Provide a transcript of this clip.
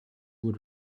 would